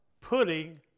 putting